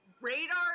Radar